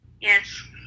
Yes